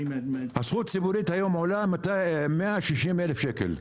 הזכות הציבורית היום עולה 160,000 שקל,